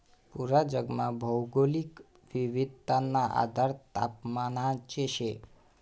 पूरा जगमा भौगोलिक विविधताना आधार तापमानच शे